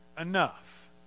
enough